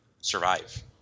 survive